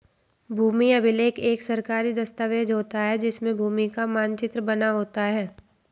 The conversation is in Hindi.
भूमि अभिलेख एक सरकारी दस्तावेज होता है जिसमें भूमि का मानचित्र बना होता है